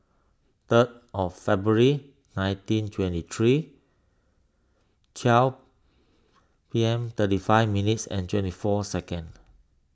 third of February nineteen twenty three twelve P M thirty five minutes and twenty four second